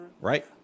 Right